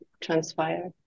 transpire